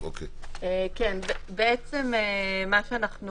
מה שאנחנו